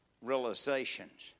realizations